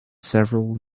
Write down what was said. several